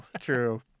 True